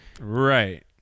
Right